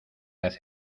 hace